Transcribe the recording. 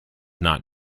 not